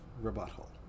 rebuttal